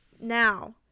now